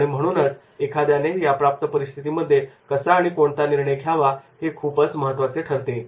आणि म्हणूनच एखाद्याने या प्राप्त परिस्थितीमध्ये कसा आणि कोणता निर्णय घ्यावा हे खूपच महत्त्वाचे ठरते